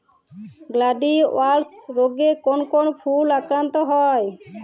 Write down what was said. Gladiolus রোগে কোন কোন ফুল আক্রান্ত হয়?